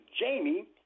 Jamie